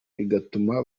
bigatuma